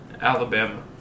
Alabama